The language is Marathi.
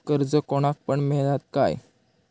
कर्ज कोणाक पण मेलता काय?